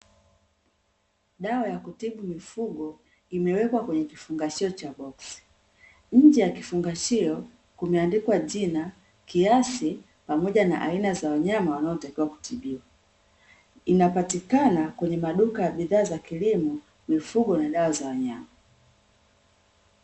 Dawa ya kutibu mifugo imewekwa kwenye kifungashio cha boksi. Nje ya kifungashio kumeandikwa jina, kiasi, pamoja na aina za wanyama wanaotakiwa kutibiwa. Inapatikana kwenye maduka ya bidhaa za kilimo, mifugo na dawa za wanyama.